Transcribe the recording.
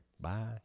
bye